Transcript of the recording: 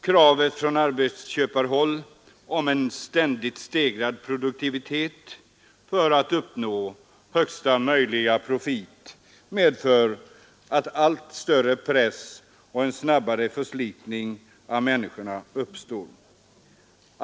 Kravet från arbetsköparhåll på en ständigt stegrad produktivitet för att uppnå högsta möjliga produktivitet medför att allt större press och en snabbare förslitning av människorna uppkommer.